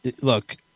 Look